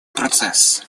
процесс